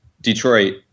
Detroit